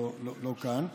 לא כאן.